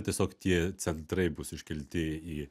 tiesiog tie centrai bus iškelti į